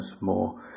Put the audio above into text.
more